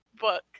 book